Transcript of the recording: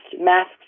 masks